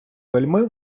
вельми